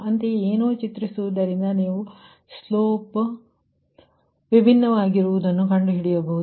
ಅಂತೆಯೇ ಏನೋ ಚಿತ್ರಿಸಿರುವುದರಿಂದ ನೀವು ಸ್ಲೋಪ್ ವಿಭಿನ್ನವಾಗಿರುವುದನ್ನು ಕಂಡುಹಿಡಿಯಬಹುದು